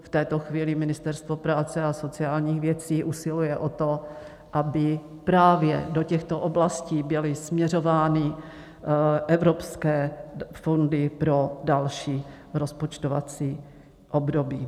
V tuto chvíli Ministerstvo práce a sociálních věcí usiluje o to, aby právě do těchto oblastí byly směřovány evropské fondy pro další rozpočtovací období.